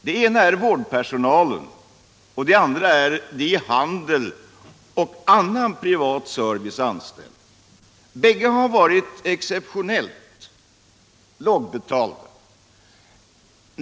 Den ena stora gruppen är vårdpersonalen och den andra är de i handel och annan service anställda. Bägge har varit exceptionellt lågbetalda.